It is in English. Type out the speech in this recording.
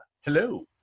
Hello